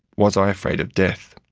was i afraid of death?